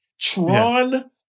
tron